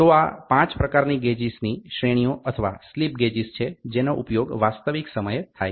તો આ 5 પ્રકારની ગેજીસની શ્રેણીઓ અથવા સ્લિપ ગેજિસ છે જેનો ઉપયોગ વાસ્તવિક સમયે થાય છે